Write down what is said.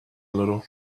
little